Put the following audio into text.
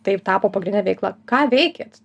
tai jau tapo pagrindine veikla ką veikėt